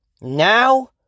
Now